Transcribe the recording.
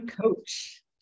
Coach